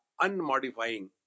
unmodifying